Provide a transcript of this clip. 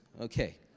Okay